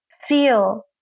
feel